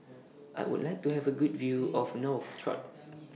I Would like to Have A Good View of Nouakchott